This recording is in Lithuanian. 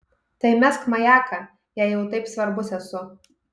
tai mesk majaką jei jau taip svarbus esu